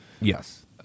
Yes